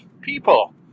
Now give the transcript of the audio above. People